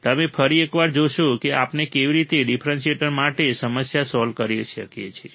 તમે ફરી એકવાર જોશો કે આપણે કેવી રીતે ડિફરન્શિએટર માટે સમસ્યા સોલ્વ કરી શકીએ છીએ